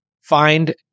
Find